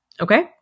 Okay